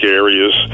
areas